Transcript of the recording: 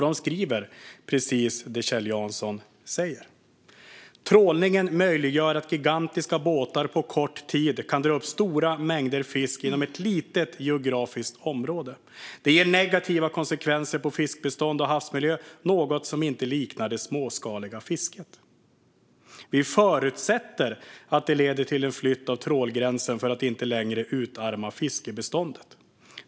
De skriver precis det som Kjell Jansson säger: Trålningen möjliggör att gigantiska båtar på kort tid kan dra upp stora mängder fisk inom ett litet geografiskt område. Det ger negativa konsekvenser på fiskbestånd och havsmiljö, något som inte liknar det småskaliga fisket. Vi förutsätter att det leder till en flytt av trålgränsen för att inte längre utarma fiskbeståndet.